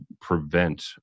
prevent